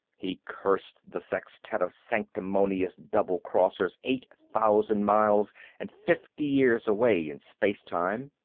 he cursed the sextet of sanctimonious double-crossers eight thousand miles and fifty years away in space-time.